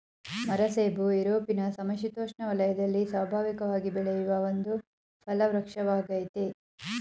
ಮರಸೇಬು ಯುರೊಪಿನ ಸಮಶಿತೋಷ್ಣ ವಲಯದಲ್ಲಿ ಸ್ವಾಭಾವಿಕವಾಗಿ ಬೆಳೆಯುವ ಒಂದು ಫಲವೃಕ್ಷವಾಗಯ್ತೆ